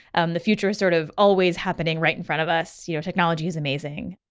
um the future is sort of always happening right in front of us. you know technology is amazing.